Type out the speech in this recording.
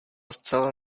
zcela